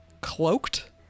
cloaked